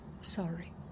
sorry